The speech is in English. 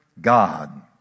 God